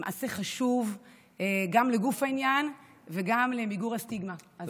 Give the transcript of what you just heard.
זה מעשה חשוב, גם לגוף העניין וגם למיגור הסטיגמה.